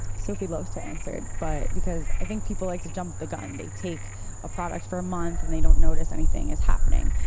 sophie loves to answer it, but because i think people like to jump the gun they take a product for a month and they don't notice anything is happening,